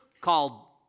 called